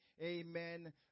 amen